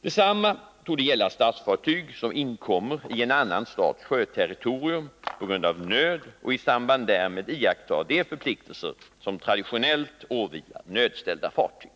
Detsamma torde gälla statsfartyg som inkommer i en annan stats sjöterritorium på grund av nöd och i samband därmed iakttar de förpliktelser som traditionellt åvilar nödställda fartyg.